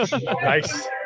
Nice